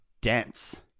dense